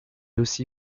aussi